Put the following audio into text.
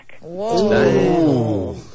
Whoa